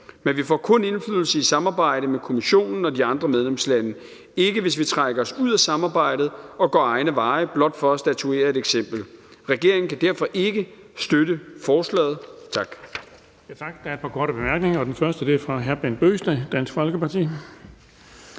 Men vi får kun indflydelse i samarbejde med Kommissionen og de andre medlemslande – ikke hvis vi trækker os ud af samarbejdet og går egne veje blot for at statuere et eksempel. Regeringen kan derfor ikke støtte forslaget. Tak.